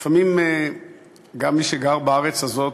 לפעמים גם מי שגר בארץ הזאת,